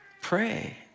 pray